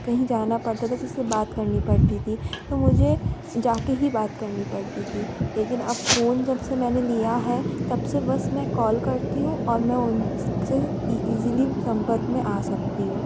कहीं जाना पड़ता था किसी से बात करनी पड़ती थी तो मुझे जा के ही बात करनी पड़ती थी लेकिन अब फ़ोन जब से मैंने लिया है तब से बस मैं कॉल करती हूँ और मैं उन से ईज़िली संपर्क में आ सकती हूँ